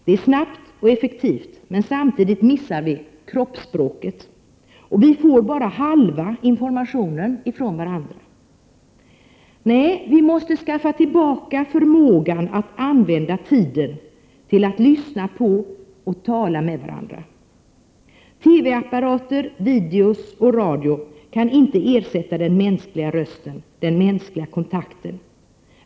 Det är snabbt och effektivt, men samtidigt missar vi kroppsspråket. Vi får bara halva informationen från varandra. Nej, vi måste skaffa tillbaka förmågan att använda tiden till att lyssna på och tala med varandra. TV-apparater, videor och radioapparater kan inte ersätta den mänskliga rösten, den mänskliga kontakten.